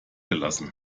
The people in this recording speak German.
gelassen